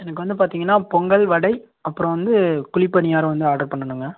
எனக்கு வந்து பார்த்தீங்கன்னா பொங்கல் வடை அப்புறம் வந்து குழிப்பணியாரம் வந்து ஆடர் பண்ணணுங்க